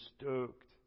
stoked